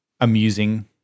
amusing